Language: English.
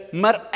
maar